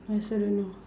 I also don't know